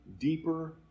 deeper